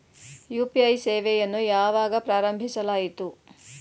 UPI ಸೇವೆಯನ್ನು ಯಾವಾಗ ಪ್ರಾರಂಭಿಸಲಾಯಿತು?